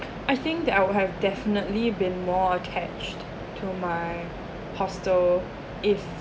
I think that I would have definitely been more attached to my hostel if